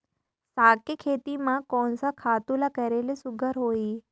साग के खेती म कोन स खातु ल करेले सुघ्घर होही?